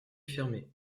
fermés